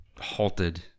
halted